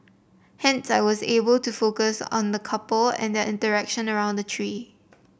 hence I was able to focus on the couple and their interaction around the tree